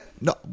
No